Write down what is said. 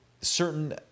certain